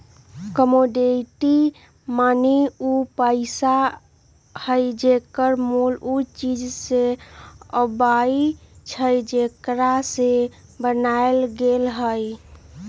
commodity money उ पइसा हइ जेकर मोल उ चीज से अबइ छइ जेकरा से बनायल गेल हइ